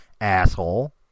asshole